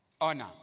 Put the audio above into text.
honor